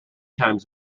times